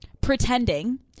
pretending